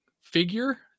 figure